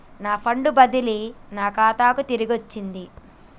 నా ఫండ్ బదిలీ నా ఖాతాకు తిరిగచ్చింది